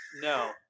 No